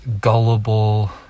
gullible